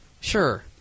sure